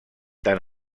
tant